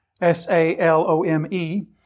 S-A-L-O-M-E